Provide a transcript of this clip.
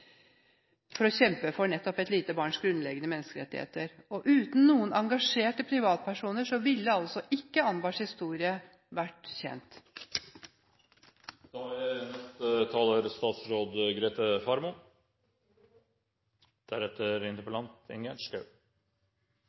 for å kjempe for et lite barns grunnleggende menneskerettigheter. Uten noen engasjerte privatpersoner ville altså ikke Anbars historie vært